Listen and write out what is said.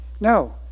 No